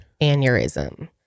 aneurysm